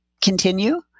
continue